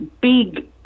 big